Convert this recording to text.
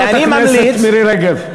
ואני ממליץ, חברת הכנסת מירי רגב.